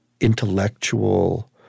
intellectual